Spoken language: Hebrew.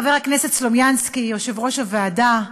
חבר הכנסת סלומינסקי, יושב-ראש הוועדה,